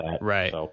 Right